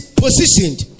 positioned